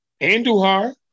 anduhar